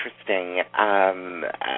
interesting